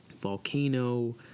volcano